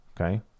okay